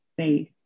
space